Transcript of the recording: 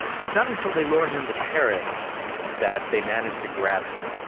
but it's not until they lure him to paris that they manage to grab him.